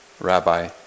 Rabbi